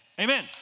amen